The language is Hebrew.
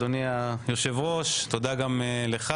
אדוני היושב-ראש, תודה גם לך.